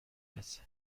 رسه